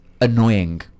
annoying